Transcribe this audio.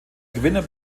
gewinner